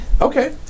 Okay